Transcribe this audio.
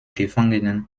gefangenen